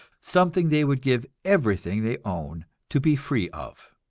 something they would give everything they own to be free of.